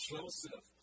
Joseph